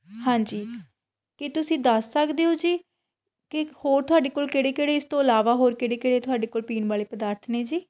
ਹਾਂਜੀ ਕੀ ਤੁਸੀਂ ਦੱਸ ਸਕਦੇ ਹੋ ਜੀ ਕਿ ਹੋਰ ਤੁਹਾਡੇ ਕੋਲ ਕਿਹੜੇ ਕਿਹੜੇ ਇਸ ਤੋਂ ਇਲਾਵਾ ਹੋਰ ਕਿਹੜੇ ਕਿਹੜੇ ਤੁਹਾਡੇ ਕੋਲ ਪੀਣ ਵਾਲੇ ਪਦਾਰਥ ਨੇ ਜੀ